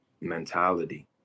Mentality